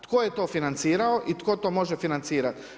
Tko je to financirao i tko to može financirati?